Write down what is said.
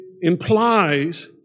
implies